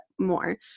more